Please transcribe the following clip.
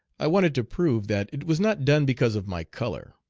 i wanted to prove that it was not done because of my color.